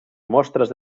mostres